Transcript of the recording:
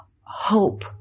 hope